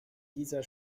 dieser